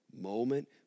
moment